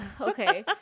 okay